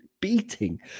beating